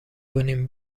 کنیم